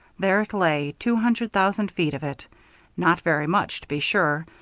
there it lay, two hundred thousand feet of it not very much, to be sure,